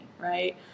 right